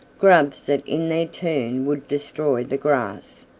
grubs that in their turn would destroy the grass.